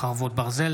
(הזכות לחינוך לילדים במסגרת השמה חוץ-ביתית),